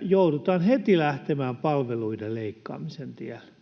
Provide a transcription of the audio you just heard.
joudutaan heti lähtemään palveluiden leikkaamisen tielle